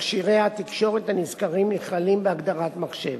מכשירי התקשורת הנזכרים נכללים בהגדרת מחשב,